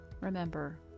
Remember